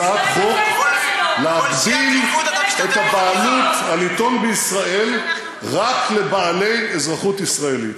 הצעת חוק להגביל את הבעלות על עיתון בישראל רק לבעלי אזרחות ישראלית.